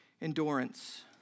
endurance